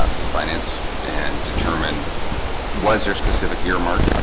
ah finance and determine was there specific year marked? um